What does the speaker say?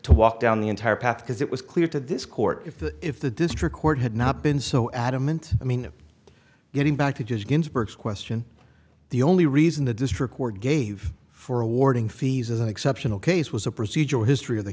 to walk down the entire path because it was clear to this court if the if the district court had not been so adamant i mean getting back to just ginsburg question the only reason the district court gave for awarding fees as an exceptional case was a procedural history of the